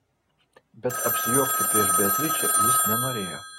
bet apsijuokti prieš beatričę jis nenorėjo